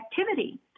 activity